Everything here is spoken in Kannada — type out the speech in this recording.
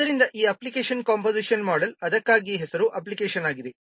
ಆದ್ದರಿಂದ ಈ ಅಪ್ಲಿಕೇಶನ್ ಕಂಪೋಸಿಷನ್ ಮೋಡೆಲ್ ಅದಕ್ಕಾಗಿಯೇ ಹೆಸರು ಅಪ್ಲಿಕೇಶನ್ ಆಗಿದೆ